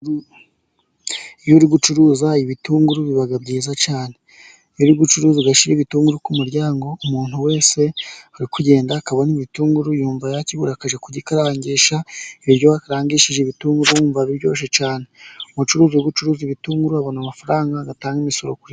Iyo uri gucuruza ibitunguru biba byiza cyane, iyo uri gucuruza agashira ibitunguru ku muryango, umuntu wese urikugenda akabona ibitunguru, yumva yakigura akajya kugikarangisha. Ibiryo wakarangishije ibitunguru wumamva biryoshye cyane umucuruzi ucuruza ibitunguru abona amafaranga agatanga imisoro kuri Leta.